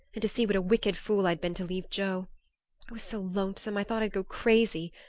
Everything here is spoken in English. and to see what a wicked fool i'd been to leave joe. i was so lonesome i thought i'd go crazy.